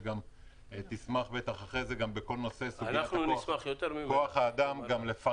שגם תשמח לפרט בסוגיית כוח האדם.